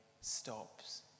stops